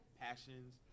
passions